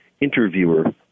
interviewer